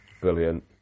brilliant